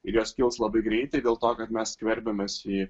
ir jos kils labai greitai dėl to kad mes skverbiamės į